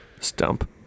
Stump